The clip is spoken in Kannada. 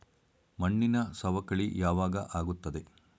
ಮಣ್ಣಿನ ಸವಕಳಿ ಯಾವಾಗ ಆಗುತ್ತದೆ?